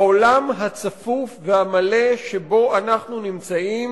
בעולם הצפוף והמלא שבו אנחנו נמצאים,